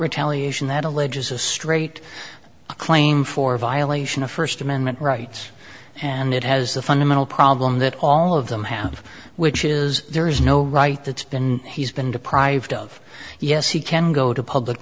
retaliation that alleges a straight claim for violation of first amendment rights and it has the fundamental problem that all of them have which is there is no right that's been he's been deprived of yes he can go to public